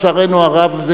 לצערנו הרב,